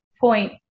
point